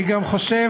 אני גם חושב,